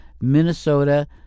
Minnesota